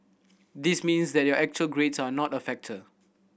this means that your actual grades are not a factor